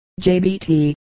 JBT